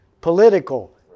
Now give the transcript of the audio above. political